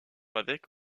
avec